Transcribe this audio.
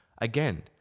again